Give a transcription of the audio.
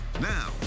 Now